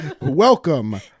Welcome